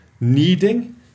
kneading